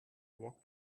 walked